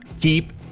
keep